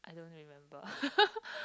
I don't remember